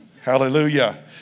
Hallelujah